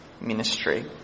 ministry